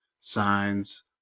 signs